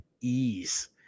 ease